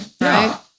Right